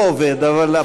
עובד.